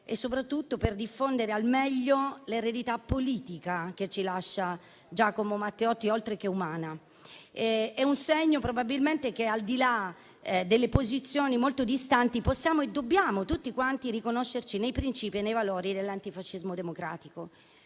e soprattutto per diffondere al meglio l'eredità politica, oltre che umana, lasciata da Giacomo Matteotti. Probabilmente è un segno che, al di là delle posizioni molto distanti, possiamo e dobbiamo tutti quanti riconoscerci nei principi e nei valori dell'antifascismo democratico.